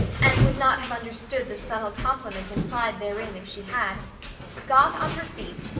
and would not have understood the subtle compliment implied therein if she had got on her feet,